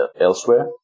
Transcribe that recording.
elsewhere